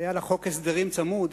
היה לה חוק הסדרים צמוד,